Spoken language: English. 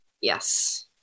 yes